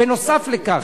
נוסף על כך,